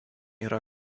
yra